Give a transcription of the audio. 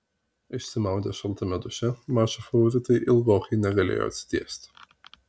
išsimaudę šaltame duše mačo favoritai ilgokai negalėjo atsitiesti